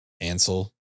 Ansel